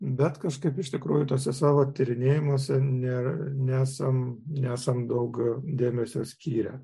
bet kažkaip iš tikrųjų tuose savo tyrinėjimuose nėr nesam nesam daug dėmesio skyrę